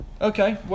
Okay